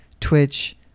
Twitch